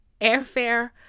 airfare